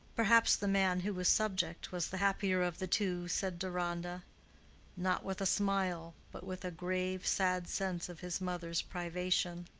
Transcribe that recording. perhaps the man who was subject was the happier of the two, said deronda not with a smile, but with a grave, sad sense of his mother's privation.